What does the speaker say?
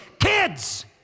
kids